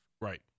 Right